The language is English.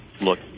look